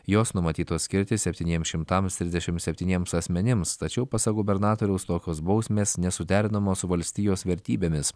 jos numatytos skirti septyniems šimtams trisdešimt septyniems asmenims tačiau pasak gubernatoriaus tokios bausmės nesuderinamos su valstijos vertybėmis